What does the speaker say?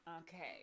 Okay